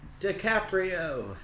DiCaprio